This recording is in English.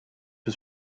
was